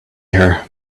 her